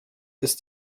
ist